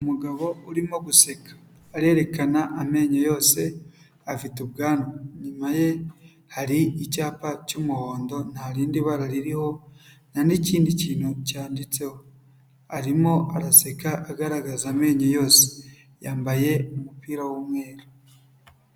Umugabo urimo guseka. Arerekana amenyo yose, afite ubwanwa. Inyuma ye hari icyapa cy'umuhondo, nta rindi bara ririho, nta n'ikindi kintu cyanditseho. Arimo araseka agaragaza amenyo yose. Yambaye umupira w'umweru.